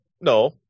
No